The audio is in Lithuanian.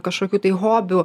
kažkokių tai hobių